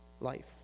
life